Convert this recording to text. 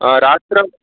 रात्रौ